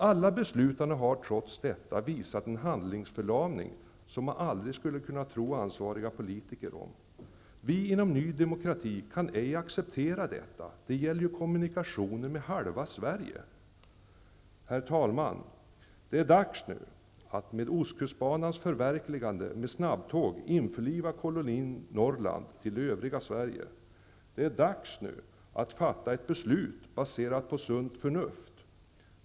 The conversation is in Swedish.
Alla beslutande har trots det visat en handlingsförlamning som man aldrig skulle kunna tro ansvariga politiker om. Vi i Ny demokrati kan ej acceptera detta. Det gäller ju kommunikationerna med halva Sverige. Herr talman! Det är nu dags att genom förverkligandet av Ostkustbanan -- det gäller då en trafik med snabbtåg -- införliva kolonin Norrland med övriga Sverige. Det är nu dags att fatta ett beslut baserat på sunt förnuft.